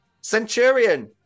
centurion